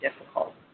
difficult